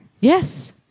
Yes